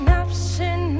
option